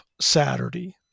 Saturday